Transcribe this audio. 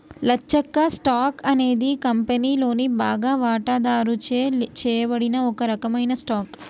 లచ్చక్క, stock అనేది కంపెనీలోని బాగా వాటాదారుచే చేయబడిన ఒక రకమైన స్టాక్